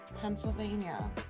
Pennsylvania